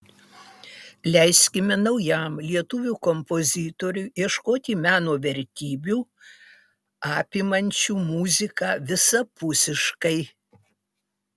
leiskime naujam lietuvių kompozitoriui ieškoti meno vertybių apimančių muziką visapusiškai